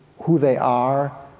who they are,